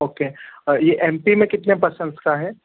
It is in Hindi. ओके और ये एम पी में कितने पर्संस का है